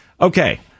Okay